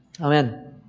Amen